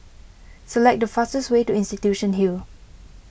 select the fastest way to Institution Hill